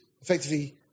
effectively